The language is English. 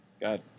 god